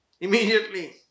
immediately